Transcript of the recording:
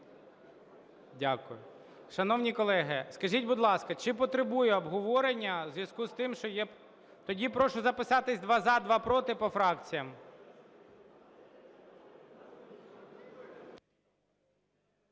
Дякую. Шановні колеги, скажіть, будь ласка, чи потребує обговорення у зв'язку з тим, що є… Тоді прошу записатись: два – за, два – проти - по фракціям.